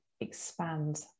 expand